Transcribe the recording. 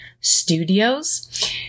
studios